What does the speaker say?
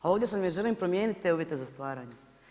A ovdje sam jer želim promijeniti te uvjete za stvaranje.